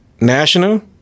national